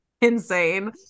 insane